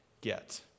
get